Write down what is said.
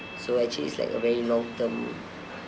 so actually it's like a very long term